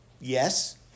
yes